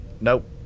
Nope